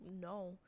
No